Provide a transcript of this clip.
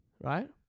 right